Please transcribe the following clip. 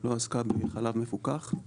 לא עסקה בחלב מפוקח,